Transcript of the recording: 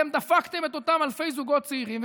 אתם דפקתם את אותם אלפי זוגות צעירים,